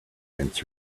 mince